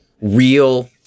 real